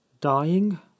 dying